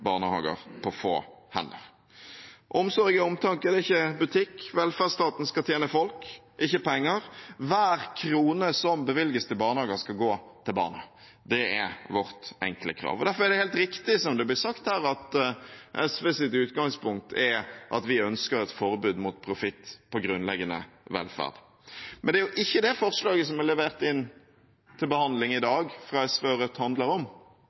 barnehager på få hender. Omsorg er omtanke, det er ikke butikk. Velferdsstaten skal tjene folk, ikke penger. Hver krone som bevilges til barnehager, skal gå til barna. Det er vårt enkle krav. Derfor er det helt riktig, som det blir sagt her, at SVs utgangspunkt er at vi ønsker et forbud mot profitt på grunnleggende velferd. Men det er jo ikke det forslaget som er levert inn til behandling i dag, fra SV og Rødt, handler om.